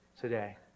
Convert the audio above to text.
today